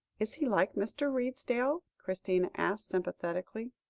is he like mr. redesdale? christina asked sympathetically.